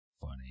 funny